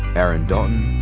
aaron dalton,